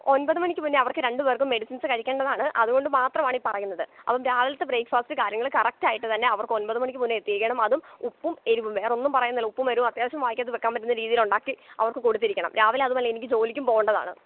ഒൻപത് മണിക്ക് മുന്നേ അവർക്ക് രണ്ട് പേർക്കും മെഡിസിൻസ് കഴിക്കേണ്ടതാണ് അതുകൊണ്ട് മാത്രമാണ് ഈ പറയുന്നത് അപ്പം രാവിലത്തെ ബ്രെക്ഫാസ്റ്റ് കാര്യങ്ങള് കറക്റ്റായിട്ട് തന്നെ അവർക്കൊൻമ്പത് മണിക്ക് മുന്നേ എത്തിക്കണം അതും ഉപ്പും എരിവും വേറൊന്നും പറയുന്നില്ല ഉപ്പും എരിവും അത്യാവശ്യം വായ്ക്കകത്ത് വെയ്ക്കാൻ പറ്റുന്ന രീതിയിലുണ്ടാക്കി അവർക്ക് കൊടുത്തിരിക്കണം രാവിലെ അതുപോലെ എനിക്ക് ജോലിക്കും പോകേണ്ടതാണ്